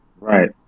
Right